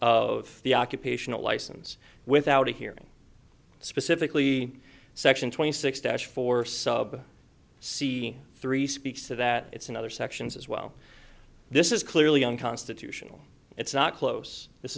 of the occupational license without a hearing specifically section twenty six dash four sub c three speaks to that it's in other sections as well this is clearly unconstitutional it's not close this